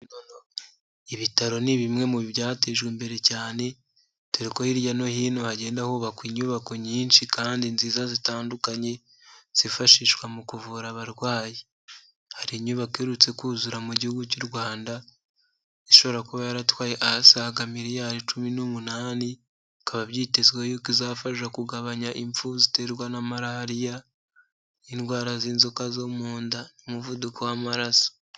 Ibitaro ni bimwe mu byatejwe imbere cyane dore ko hirya no hino hagenda hubakwa inyubako nyinshi kandi nziza zitandukanye zifashishwa mu kuvura abarwayi hari inyubako iherutse kuzura mu gihugu cy'u Rwanda ishobora kuba yaratwaye asaga miliyari cumi n'umunani bikaba byitezwe y'uko izafasha kugabanya impfu ziterwa na malariya, indwara z'inzoka zo mu nda, umuvuduko w'amaraso.